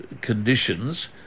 conditions